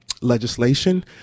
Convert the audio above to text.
legislation